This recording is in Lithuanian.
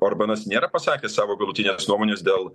orbanas nėra pasakęs savo galutinės nuomonės dėl